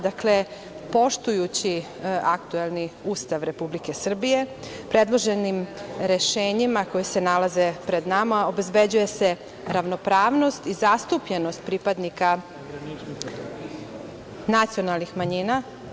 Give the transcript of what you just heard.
Dakle, poštujući aktuelni Ustav Republike Srbije, predloženim rešenjima koja se nalaze pred nama, obezbeđuje se ravnopravnost i zastupljenost pripadnika nacionalnih manjina.